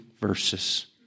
verses